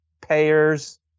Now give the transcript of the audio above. payers